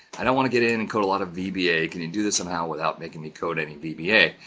i don't want to get in and code a lot of vba. can you do this somehow without making me code any vba,